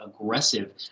aggressive